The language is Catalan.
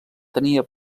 tenia